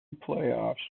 playoffs